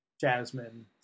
Jasmine